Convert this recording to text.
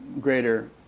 greater